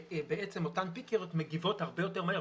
בעצם אותן פיקריות מגיבות הרבה יותר מהר,